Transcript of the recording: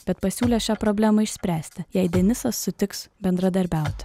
bet pasiūlė šią problemą išspręsti jei denisas sutiks bendradarbiauti